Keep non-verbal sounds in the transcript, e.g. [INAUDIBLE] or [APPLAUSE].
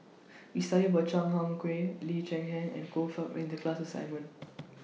We studied about Chan Chang [UNINTELLIGIBLE] Lee Cheng Yan and Choe Fook in The class assignment